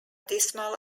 dismal